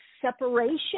separation